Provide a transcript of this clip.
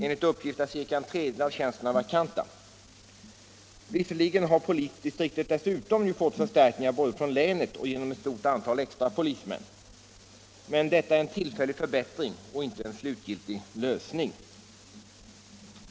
Enligt uppgift är cirka en tredjedel av tjänsterna vakanta. Visserligen har polisdistriktet dessutom fått förstärkningar både från länet och genom ett stort antal extra polismän, men detta är en tillfällig förbättring och inte en slutgiltig lösning.